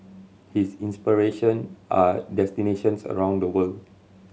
his inspiration are destinations around the world